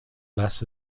less